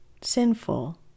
sinful